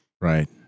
right